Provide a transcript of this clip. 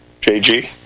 jg